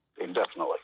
indefinitely